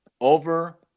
over